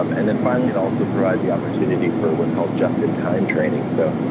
um and then finally, it also provides the opportunity for what's called just-in-time training. so